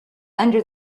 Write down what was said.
under